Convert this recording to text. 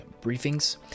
Briefings